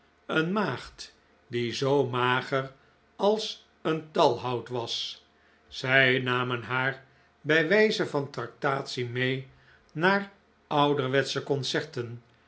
een maagd die zoo mager als een talhout was zij namen haar bij wijze van tractatie mee naar ouderwetsche concerten